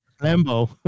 Lambo